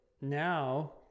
now